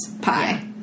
pie